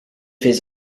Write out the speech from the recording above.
his